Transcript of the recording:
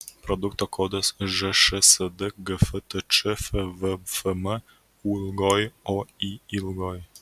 produkto kodas žšsd gftč fvfm ūoiy